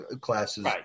classes